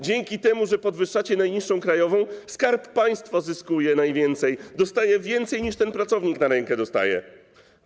Dzięki temu, że podwyższacie najniższą krajową, Skarb Państwa zyskuje najwięcej, dostaje więcej, niż ten pracownik dostaje na rękę.